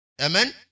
Amen